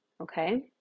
Okay